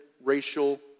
racial